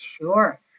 Sure